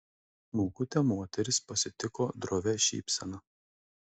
smulkutė moteris pasitiko drovia šypsena